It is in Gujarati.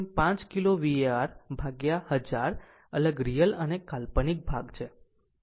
5 કિલો var ભાગ્યા 1000 અલગ રીયલ અને કાલ્પનિક ભાગ છે